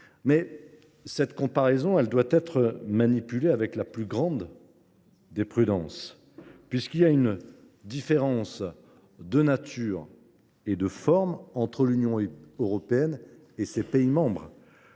toutefois, doit être manipulée avec la plus grande prudence, puisqu’il y a une différence de nature et de forme entre l’Union européenne et ses pays membres.